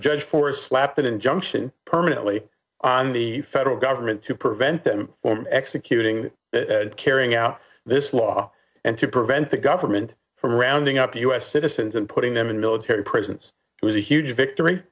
judge for slap an injunction permanently on the federal government to prevent them from executing carrying out this law and to prevent the government from rounding up u s citizens and putting them in military presence was a huge victory